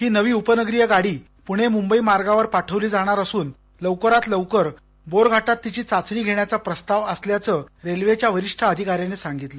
ही नवी उपनगरीय गाडी पुणे मुंबई मार्गावर पाठवली जाणार असून लवकरात लवकर बोरघाटात तिची चाचणी घेण्याचा प्रस्ताव असल्याचं रेल्वेच्या वरिष्ठ अधिकाऱ्याने सांगितलं